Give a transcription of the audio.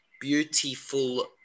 Beautiful